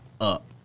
up